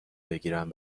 بگیرم